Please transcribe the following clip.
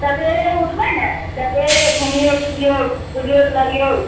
सबेरे उठबय ने सबेरे घुमियौ फिरियौ बुलियो बुलबियौ